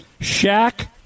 Shaq